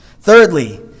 Thirdly